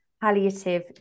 palliative